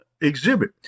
exhibit